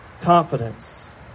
confidence